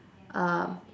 um